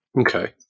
Okay